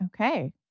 Okay